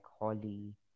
Holly